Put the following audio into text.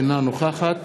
אינה נוכחת